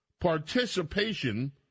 participation